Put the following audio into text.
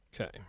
Okay